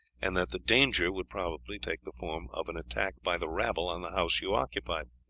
and that the danger would probably take the form of an attack by the rabble on the house you occupied.